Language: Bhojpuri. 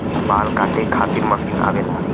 बाल काटे खातिर मशीन आवेला